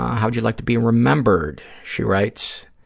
how would you like to be remembered? she writes,